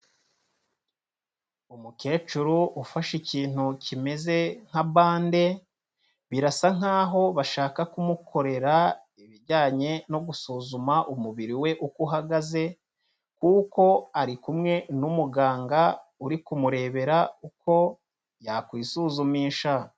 Umukecuru ufashe ikintu kimeze nka bande, birasa nk'aho bashaka kumukorera ibijyanye no gusuzuma umubiri we uko uhagaze, kuko ari kumwe n'umuganga uri kumurebera uko yakwisuzumisha.